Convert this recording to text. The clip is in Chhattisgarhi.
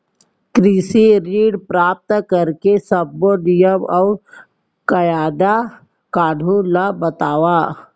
कृषि ऋण प्राप्त करेके सब्बो नियम अऊ कायदे कानून ला बतावव?